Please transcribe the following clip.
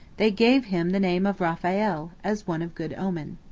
they gave him the name of raphael, as one of good omen.